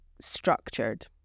structured